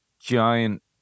giant